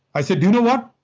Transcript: i said, you know what,